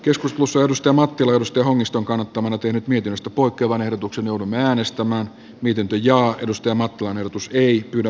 pirkko mattila on reijo hongiston kannattamana tehnyt mietinnöstä poikkeavan ehdotuksen nurmi äänestämään miten linjaa edusti omat lainatusta ei pyydä